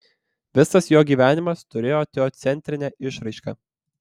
visas jo gyvenimas turėjo teocentrinę išraišką